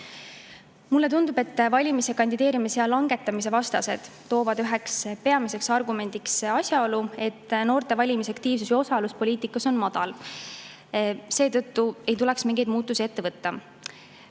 Mulle tundub, et valimis- ja kandideerimisea langetamise vastased toovad üheks peamiseks argumendiks asjaolu, et noorte valimisaktiivsus ja osalus poliitikas on madal, seetõttu ei tuleks mingeid muudatusi ette võtta.